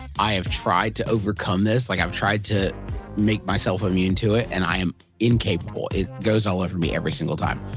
i have tried to overcome this. like i've tried to make myself immune to it, and i am incapable. it goes all over me every single time.